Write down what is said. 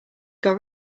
got